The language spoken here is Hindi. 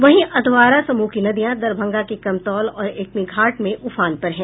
वहीं अधवारा समूह की नदियां दरभंगा के कमतौल और एकमी घाट में उफान पर है